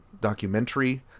documentary